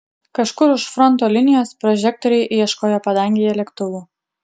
kažkur už fronto linijos prožektoriai ieškojo padangėje lėktuvų